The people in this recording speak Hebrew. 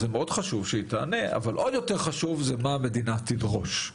חשוב שהיא תענה אבל יותר חשוב מה המדינה תדרוש.